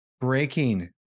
Breaking